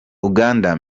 uganda